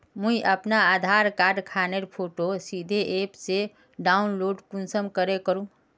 मुई अपना आधार कार्ड खानेर फोटो सीधे ऐप से डाउनलोड कुंसम करे करूम?